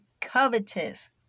covetous